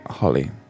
Holly